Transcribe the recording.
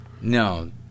No